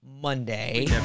Monday